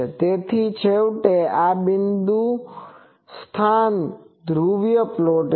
તેથી છેવટે આ સ્થાન ધ્રુવીય પ્લોટ છે